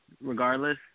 regardless